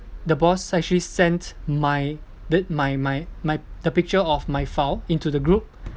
the boss actually sent my bit my my my the picture of my file into the group